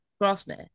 Grassmere